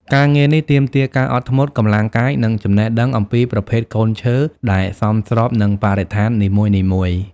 ការងារនេះទាមទារការអត់ធ្មត់ កម្លាំងកាយ និងចំណេះដឹងអំពីប្រភេទកូនឈើដែលសមស្របនឹងបរិស្ថាននីមួយៗ។